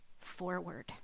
forward